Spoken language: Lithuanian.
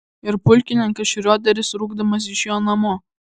ir pulkininkas šrioderis rūgdamas išėjo namo